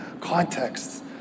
contexts